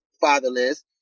fatherless